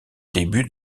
début